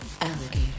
alligator